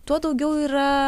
tuo daugiau yra